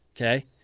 okay